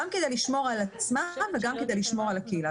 גם כדי לשמור על עצמם וגם כדי לשמור על הקהילה.